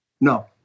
No